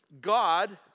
God